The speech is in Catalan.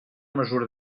mesura